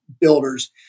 builders